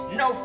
no